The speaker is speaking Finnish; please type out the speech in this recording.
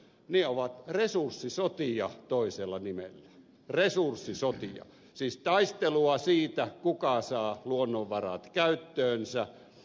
ne ovat resurssisotia toisella nimellä resurssisotia siis taistelua siitä kuka saa luonnonvarat käyttöönsä